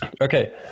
Okay